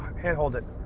can hold it.